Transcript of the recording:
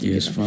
Yes